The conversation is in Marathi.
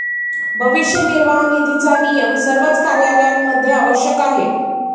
भविष्य निर्वाह निधीचा नियम सर्वच कार्यालयांमध्ये आवश्यक आहे